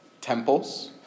temples